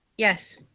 Yes